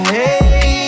Hey